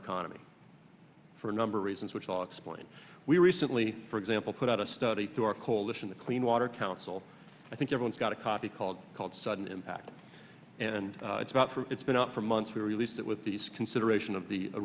economy for a number of reasons which all explain we recently for example put out a study through our coalition the clean water council i think everyone's got a copy called called sudden impact and it's about through it's been out for months we released it with these consideration of the